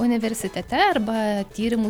universitete arba tyrimų